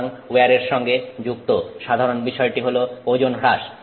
সুতরাং উইয়ারের সঙ্গে যুক্ত সাধারণ বিষয়টি হলো ওজন হ্রাস